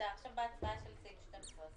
אתה רוצה לתת לו?